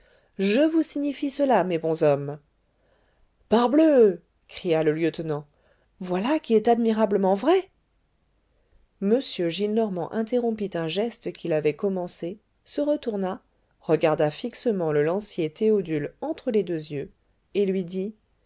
je vous signifie cela mes bonshommes parbleu cria le lieutenant voilà qui est admirablement vrai m gillenormand interrompit un geste qu'il avait commencé se retourna regarda fixement le lancier théodule entre les deux yeux et lui dit